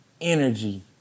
energy